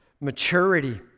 maturity